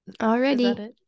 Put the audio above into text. already